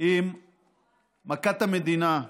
עם מכת המדינה,